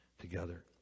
together